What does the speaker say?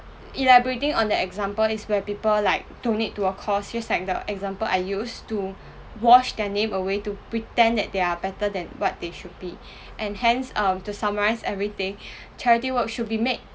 elaborating on the example is where people like donate to a cause just like the example I used to wash their name away to pretend that they are better than what they should be and hence um to summarise everything charity work should be made